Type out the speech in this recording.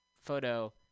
photo